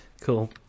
cool